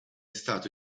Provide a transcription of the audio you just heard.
stato